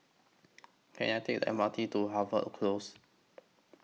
Can I Take The M R T to Harvey Close